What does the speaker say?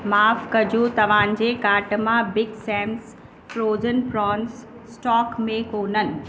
माफ़ु कजो तव्हांजे कार्ट मां Big Sam's frozen prawns stock में कोन आहिनि